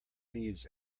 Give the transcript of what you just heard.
leaves